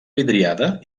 vidriada